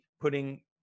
putting